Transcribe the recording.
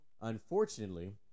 unfortunately